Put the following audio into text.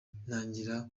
ntangira